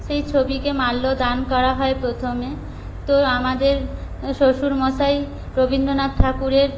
সেই ছবিকে মাল্যদান করা হয় প্রথমে তো আমাদের শ্বশুরমশাই রবীন্দ্রনাথ ঠাকুরের